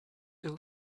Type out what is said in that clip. ill